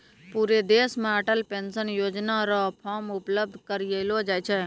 पूरा देश मे अटल पेंशन योजना र फॉर्म उपलब्ध करयलो जाय छै